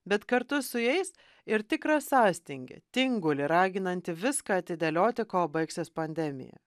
bet kartu su jais ir tikrą sąstingį tingulį raginantį viską atidėlioti kol baigsis pandemija